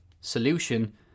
solution